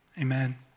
Amen